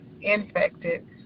infected